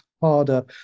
harder